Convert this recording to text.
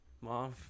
Mom